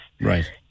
Right